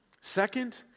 Second